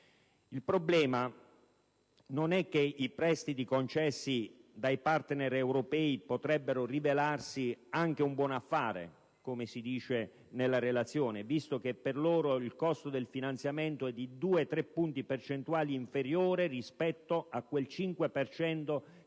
Il problema non sta nel fatto che i prestiti concessi dai partner europei potrebbero rivelarsi anche un buon affare, come si dice nella relazione, visto che per loro il costo del finanziamento è di 2-3 punti percentuali inferiore rispetto al 5